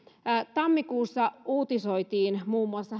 tammikuussa uutisoitiin hämäräbisneksestä muun muassa